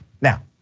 Now